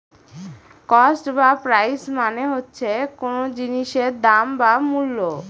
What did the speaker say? cost বা price মানে হচ্ছে কোন জিনিসের দাম বা মূল্য